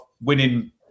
winning